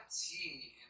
tea